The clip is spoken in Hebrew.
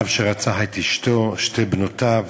אב שרצח את אשתו, שתי בנותיו